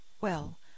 Well